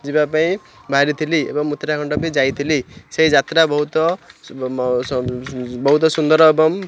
ଯିବା ପାଇଁ ବାହାରିଥିଲି ଏବଂ ଉତ୍ତରାଖଣ୍ଡ ବି ଯାଇଥିଲି ସେଇ ଯାତ୍ରା ବହୁତ ବହୁତ ସୁନ୍ଦର ଏବଂ